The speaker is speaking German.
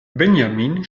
benjamin